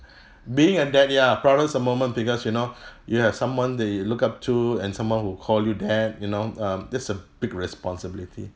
being an dad ya proudest moment because you know you have someone they look up to and someone who call you dad you know um that's a big responsibility